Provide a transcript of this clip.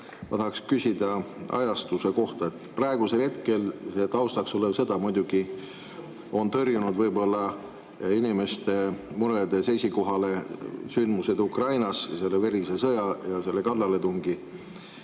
Ma tahaksin küsida ajastuse kohta. Praegusel hetkel on see taustaks olev sõda toonud võib‑olla inimeste muredes esikohale sündmused Ukrainas, selle verise sõja ja kallaletungi.